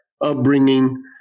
upbringing